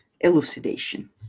elucidation